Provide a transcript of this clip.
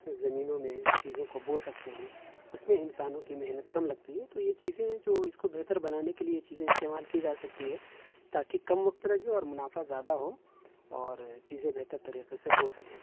زمینوں میں چیزوں کو بو سکتے ہیں اس میں انسانوں کی محنت کم لگتی ہے تو یہ چیزیں جو اس کو بہتر بنانے کے لیے یہ چیزیں استعمال کی جا سکتی ہیں تاکہ کم وقت لگے اور منافع زیادہ ہو اور چیزیں بہتر طریقے سے ہو سکے